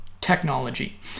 technology